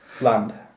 Land